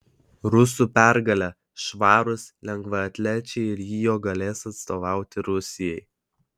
rusų pergalė švarūs lengvaatlečiai rio galės atstovauti rusijai